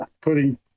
putting